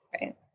Right